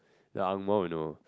the angmoh would know